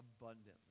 abundantly